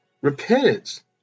Repentance